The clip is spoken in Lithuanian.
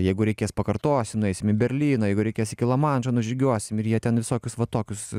jeigu reikės pakartosim nueisim į berlyną jeigu reikės iki lamanšo nužygiuosim ir jie ten visokius va tokius